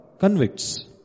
convicts